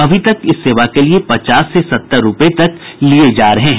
अभी इस सेवा के लिए पचास से सत्तर रूपये तक लिये जा रहे हैं